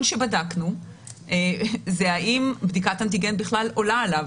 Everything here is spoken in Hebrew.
שבדקנו הוא האם בדיקת אנטיגן בכלל עולה עליו.